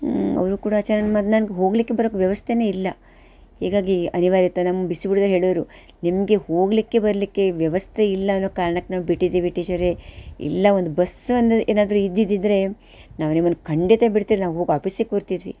ಅವರೂ ಕೂಡ ಅಚಾನಕ್ ಮತ್ತೆ ನಂಗೆ ಹೋಗ್ಲಿಕ್ಕೆ ಬರೋಕ್ಕೆ ವ್ಯವಸ್ಥೇನೆ ಇಲ್ಲ ಹೀಗಾಗಿ ಅನಿವಾರ್ಯತೆ ನಮ್ಮ ಬಿಸಿ ಊಟದವ್ರು ಹೇಳೋವ್ರು ನಿಮಗೆ ಹೋಗಲಿಕ್ಕೆ ಬರಲಿಕ್ಕೆ ವ್ಯವಸ್ಥೆ ಇಲ್ಲ ಅನ್ನೋ ಕಾರ್ಣಕ್ಕೆ ನಾವು ಬಿಟ್ಟಿದ್ದೇವೆ ಟೀಚರೇ ಇಲ್ಲ ಒಂದು ಬಸ್ ಒಂದು ಏನಾದರೂ ಇದ್ದಿದ್ದಿದ್ದರೆ ನಾವು ನಿಮ್ಮನ್ನು ಖಂಡಿತ ಬಿಡ್ತಿರ್ಲ ನಾವು ಹೋಗಿ ಆಪೀಸಿಗೆ ಕೂರ್ತಿದ್ವಿ